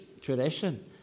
tradition